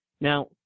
Now